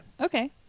Okay